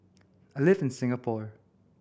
I live in Singapore